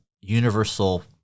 universal